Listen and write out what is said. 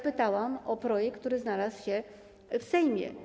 Pytałam o projekt, który znalazł się w Sejmie.